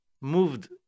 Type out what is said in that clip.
moved